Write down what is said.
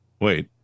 Wait